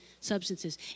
substances